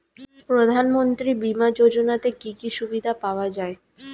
প্রধানমন্ত্রী বিমা যোজনাতে কি কি সুবিধা পাওয়া যায়?